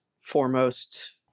foremost